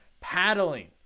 paddling